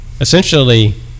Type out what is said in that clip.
essentially